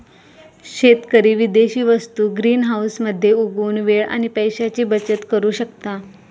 शेतकरी विदेशी वस्तु ग्रीनहाऊस मध्ये उगवुन वेळ आणि पैशाची बचत करु शकता